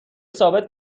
ثابت